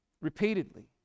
repeatedly